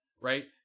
Right